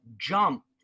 jump